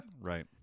Right